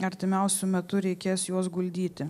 artimiausiu metu reikės juos guldyti